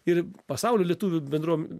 ir pasaulio lietuvių bendruom